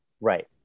Right